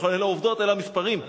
אני לא יכול להסכים אתך.